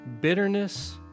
Bitterness